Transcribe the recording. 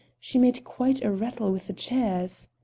she made quite a rattle with the chairs.